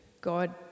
God